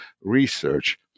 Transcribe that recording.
research